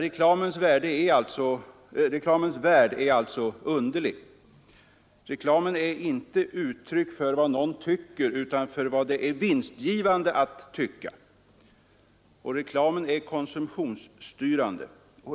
Reklamens värld är underlig. Reklamen är inte uttryck för vad någon tycker, utan för vad det är vinstgivande att tycka. Reklamen är konsumtionsstyrande.